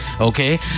Okay